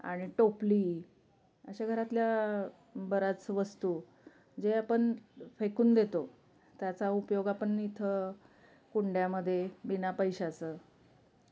आणि टोपली अशा घरातल्या बराच वस्तू जे आपण फेकून देतो त्याचा उपयोग आपण इथं कुंड्यामध्ये बिना पैशाचं